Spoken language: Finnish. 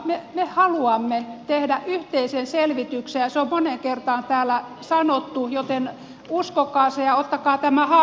me haluamme tehdä yhteisen selvityksen ja se on moneen kertaan täällä sanottu joten uskokaa se ja ottakaa tämä haaste vastaan